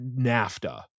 NAFTA